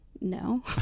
no